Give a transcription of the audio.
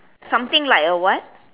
something like a what